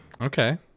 Okay